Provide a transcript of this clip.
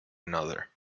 another